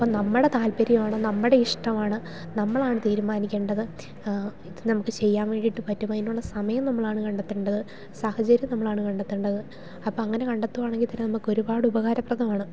അപ്പം നമ്മുടെ താല്പര്യമാണ് നമ്മുടെ ഇഷ്ടമാണ് നമ്മളാണ് തീരുമാനിക്കേണ്ടത് ഇത് നമുക്ക് ചെയ്യാൻ വേണ്ടിയിട്ട് പറ്റും അതിനുള്ള സമയം നമ്മളാണ് കണ്ടെത്തേണ്ടത് സാഹചര്യം നമ്മളാണ് കണ്ടെത്തേണ്ടത് അപ്പം അങ്ങനെ കണ്ടെത്തുകയാണെങ്കിൽ തന്നെ നമുക്ക് ഒരുപാട് ഉപകാരപ്രദമാണ്